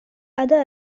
other